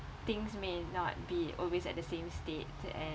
things may not be always at the same state and